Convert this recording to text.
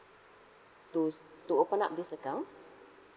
to to open up this account